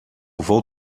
vou